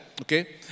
okay